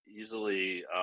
easily